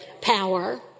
power